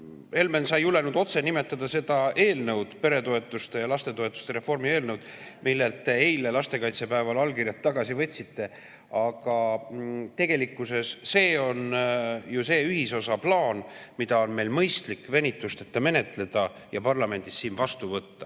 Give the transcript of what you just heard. Helmen, sa ei julenud otse nimetada seda eelnõu, peretoetuste ja lapsetoetuste reformi eelnõu, millelt te eile, lastekaitsepäeval, allkirjad tagasi võtsite. Aga tegelikkuses see on ju see ühisosa, plaan, mida meil on mõistlik venituseta menetleda ja parlamendis siin vastu võtta